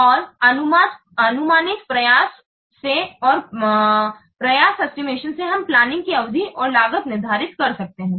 और अनुमानित प्रयास से और प्रयास एस्टिमेशन से हम प्लानिंग की अवधि और लागत निर्धारित कर सकते हैं